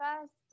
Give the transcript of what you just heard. first